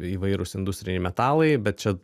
įvairūs industriniai metalai bet čia